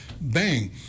bang